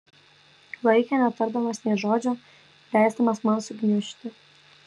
laikė netardamas nė žodžio leisdamas man sugniužti